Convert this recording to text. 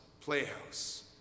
playhouse